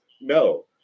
no